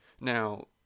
Now